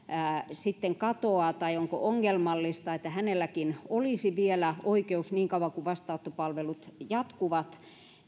sitten katoaa tai jos on ongelmallista että hänelläkin olisi vielä oikeus työntekoon niin kauan kuin vastaanottopalvelut jatkuvat